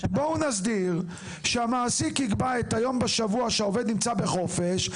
בואו נסדיר שהמעסיק יקבע את היום בשבוע שהעובד נמצא בחופש,